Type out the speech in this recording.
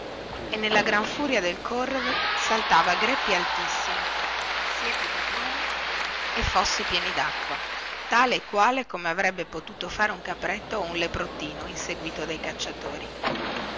e nella gran furia del correre saltava greppi altissimi siepi di pruni e fossi pieni dacqua tale e quale come avrebbe potuto fare un capretto o un leprottino inseguito dai cacciatori